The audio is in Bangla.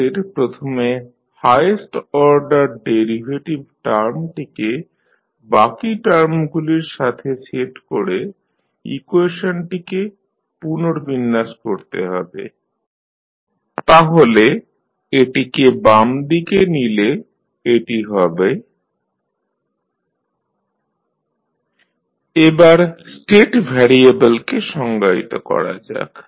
আমাদের প্রথমে হায়েস্ট অর্ডার ডেরিভেটিভ টার্মটিকে বাকি টার্মগুলির সাথে সেট করে ইকুয়েশনটিকে পুনর্বিন্যাস করতে হবে তাহলে এটিকে বামদিকে নিলে এটি হবে d3ydt3 5d2ytdt2 dytdt 2ytu এবার স্টেট ভ্যারিয়েবলকে সংজ্ঞায়িত করা যাক